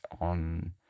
on